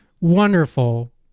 wonderful